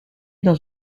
dans